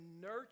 nurture